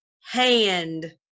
hand